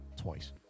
twice